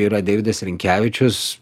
yra deividas rinkevičius